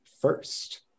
first